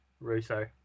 Russo